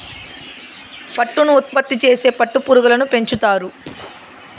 పట్టును ఉత్పత్తి చేసేకి పట్టు పురుగులను పెంచుతారు